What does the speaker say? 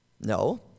No